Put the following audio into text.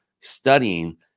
studying